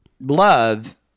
love